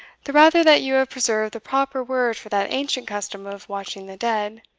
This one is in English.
the rather that you have preserved the proper word for that ancient custom of watching the dead.